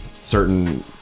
certain